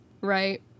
right